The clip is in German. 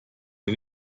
mit